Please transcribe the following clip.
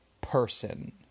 person